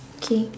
K